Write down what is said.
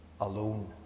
alone